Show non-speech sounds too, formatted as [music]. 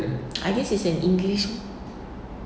[noise] ah this is an english